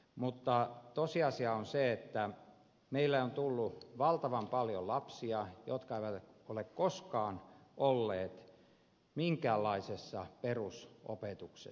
mutta tosiasia on se että meille on tullut valtavan paljon lapsia jotka eivät ole koskaan olleet minkäänlaisessa perusopetuksessa